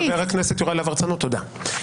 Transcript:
חבר הכנסת יוראי להב הרצנו, תודה.